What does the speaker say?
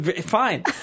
Fine